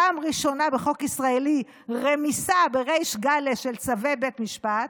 פעם ראשונה בחוק ישראלי רמיסה בריש גלי של צווי בית משפט,